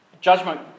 judgment